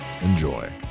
Enjoy